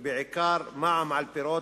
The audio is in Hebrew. ובעיקר מע"מ על פירות